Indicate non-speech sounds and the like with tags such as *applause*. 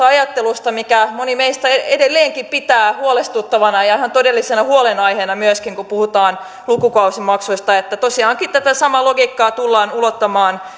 *unintelligible* ajattelusta mitä moni meistä edelleenkin pitää huolestuttavana ja ja ihan todellisena huolenaiheena myöskin kun puhutaan lukukausimaksuista että tosiaankin tätä samaa logiikkaa tullaan ulottamaan *unintelligible*